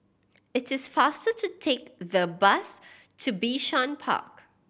it is faster to take the bus to Bishan Park